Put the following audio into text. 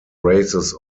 races